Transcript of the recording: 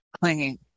clinging